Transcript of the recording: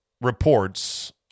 reports